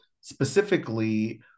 Specifically